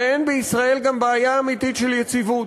ואין בישראל גם בעיה אמיתית של יציבות.